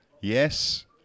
Yes